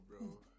bro